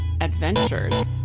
adventures